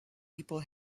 people